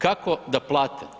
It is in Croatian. Kako da plate?